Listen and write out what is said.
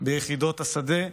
ביחידות השדה,